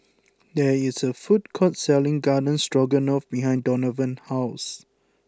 there is a food court selling Garden Stroganoff behind Donavan's house